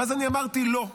ואז אני אמרתי: לא,